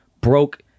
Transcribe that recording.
broke